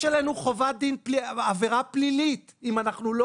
יש עלינו עבירה פלילית אם אנחנו לא